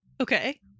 Okay